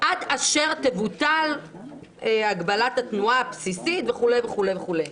עד אשר תבוטל הגבלת התנועה הבסיסית, וכו' וכו'